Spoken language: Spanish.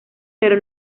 pero